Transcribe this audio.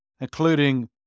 including